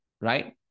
right